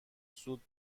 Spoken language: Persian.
زود